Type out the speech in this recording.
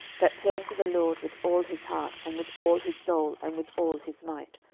that turned to the lord with all his heart, and with all his soul, and with all his might,